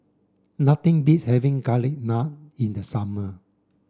nothing beats having garlic naan in the summer